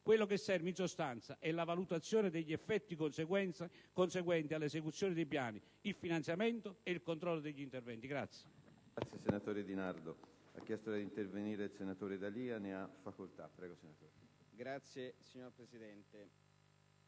Quello che serve, in sostanza, è la valutazione degli effetti conseguenti all'esecuzione dei piani, il finanziamento e il controllo degli interventi.